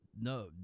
No